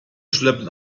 schleppen